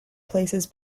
places